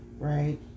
right